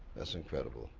that's incredible.